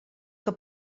que